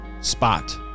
spot